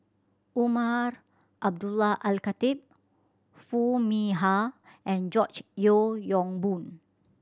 Umar Abdullah Al Khatib Foo Mee Har and George Yeo Yong Boon